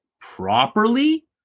properly